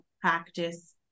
practice